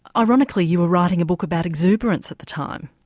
ironically, you were writing a book about exuberance at the time.